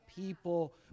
people